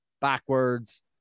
backwards